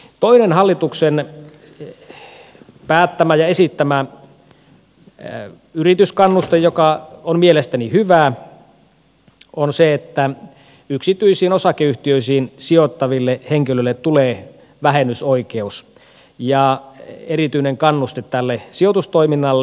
toinen hallituksen päättämä ja esittämä yrityskannuste joka on mielestäni hyvä on se että yksityisiin osakeyhtiöihin sijoittaville henkilöille tulee vähennysoikeus ja erityinen kannuste tälle sijoitustoiminnalle